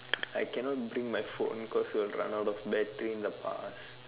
I cannot bring my phone because it will run out of battery in the past